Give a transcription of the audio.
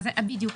בדיוק.